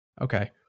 Okay